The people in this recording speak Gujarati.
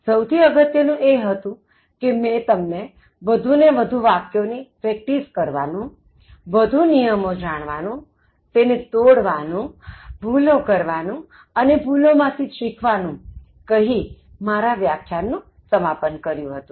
સહુથી અગત્યનું એ હતું કેમેં તમને વધુ ને વધુ વાક્યો ની પ્રેક્ટિસ કરવાનુંવધુ નિયમો જાણવાનુંતેને તોડવાનુંભૂલો કરવાનું ને ભૂલોમાંથી જ શીખવાનું કહી મારા વ્યાખ્યાનનું સમાપન કર્યું હતુ